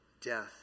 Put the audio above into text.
death